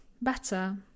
better